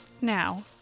Now